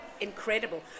incredible